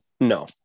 No